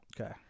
Okay